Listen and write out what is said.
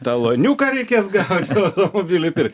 taloniuką reikės gauti automobliui pirkt